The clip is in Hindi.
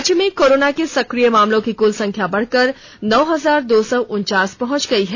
राज्य में कोरोना के सक्रिय मामलों की क्ल संख्या बढ़कर नौ हजार दो सौ उनचास पहुंच गई है